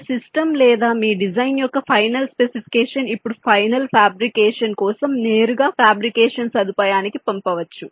మీ system లేదా మీ design యొక్క ఫైనల్ స్పెసిఫికేషన్ ఇప్పుడు ఫైనల్ ఫాబ్రికేషన్ కోసం నేరుగా ఫాబ్రికేషన్ సదుపాయానికి పంపవచ్చు